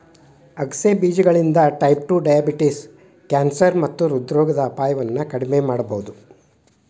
ಆಗಸೆ ಬೇಜಗಳಿಂದ type two diabetes, cancer ಮತ್ತ ಹೃದ್ರೋಗದ ಅಪಾಯವನ್ನ ಕಡಿಮಿ ಮಾಡಬೋದು